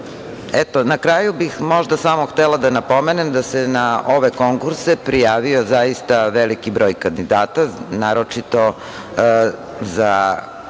čitala. Na kraju bih možda samo htela da napomenem da se na ove konkurse prijavio zaista veliki broj kandidata, naročito za